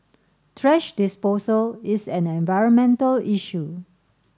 thrash disposal is an environmental issue